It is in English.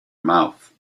mouth